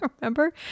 Remember